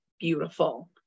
beautiful